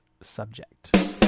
subject